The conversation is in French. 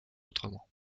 autrement